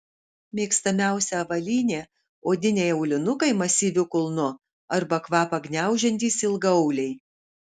mėgstamiausia avalynė odiniai aulinukai masyviu kulnu arba kvapą gniaužiantys ilgaauliai